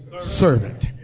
servant